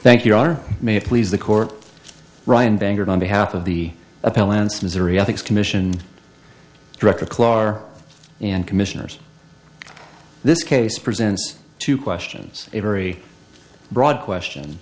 thank you our may please the court ryan banker on behalf of the appellant's missouri ethics commission director clar and commissioners this case presents two questions a very broad question